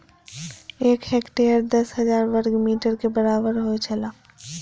एक हेक्टेयर दस हजार वर्ग मीटर के बराबर होयत छला